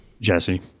Jesse